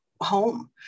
home